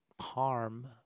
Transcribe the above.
harm